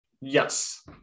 Yes